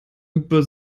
über